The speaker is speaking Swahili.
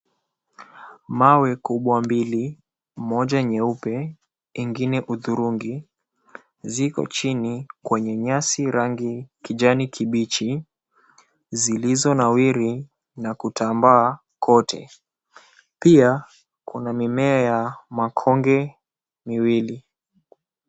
Mawe kubwa mbili, moja nyeupe ingine hudhurungi. Ziko chini kwenye nyasi rangi kijani kibichi zilizonawiri na kutambaa kote. Pia kuna mimea makonge miwili.